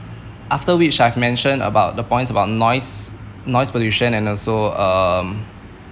after which I've mentioned about the points about noise noise pollution and also um